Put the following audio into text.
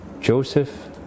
Joseph